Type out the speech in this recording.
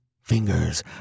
fingers